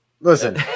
Listen